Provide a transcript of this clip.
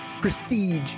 prestige